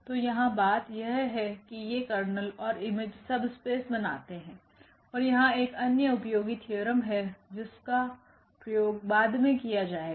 तो यहाँ बात यह है कि ये कर्नेल और इमेज सबस्पेस बनाते हैं और यहाँ एक अन्य उपयोगी थ्योरम है जिसका प्रयोग बाद में किया जाएगा